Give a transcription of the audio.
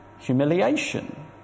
humiliation